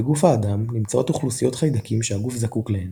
בגוף האדם נמצאות אוכלוסיות חיידקים שהגוף זקוק להן,